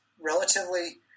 relatively